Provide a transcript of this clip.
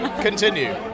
Continue